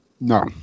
No